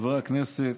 חברי הכנסת,